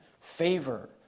favor